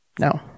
no